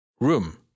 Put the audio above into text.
Room